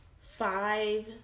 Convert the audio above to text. Five